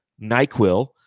NyQuil